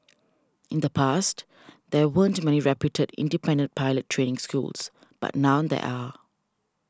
in the past there weren't many reputed independent pilot training schools but now there are